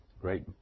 Great